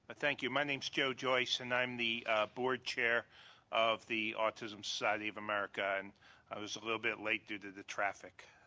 thank you. my name is joe joyce, and i'm the board chair of the autism society of america. and i was a little bit late due to the traffic.